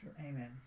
Amen